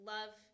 Love